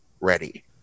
ready